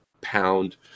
pound